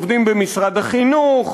עובדים במשרד החינוך,